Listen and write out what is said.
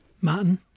Martin